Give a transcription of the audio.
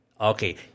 Okay